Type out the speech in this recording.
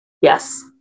yes